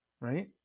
Right